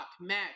Mac